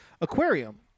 Aquarium